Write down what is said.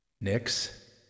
Nix